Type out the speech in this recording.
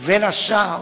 ובין השאר